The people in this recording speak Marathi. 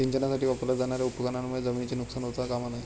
सिंचनासाठी वापरल्या जाणार्या उपकरणांमुळे जमिनीचे नुकसान होता कामा नये